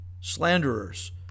slanderers